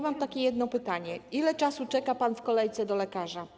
Mam jedno pytanie: Ile czasu czeka pan w kolejce do lekarza?